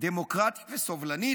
דמוקרטית וסובלנית,